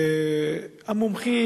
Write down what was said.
המומחים,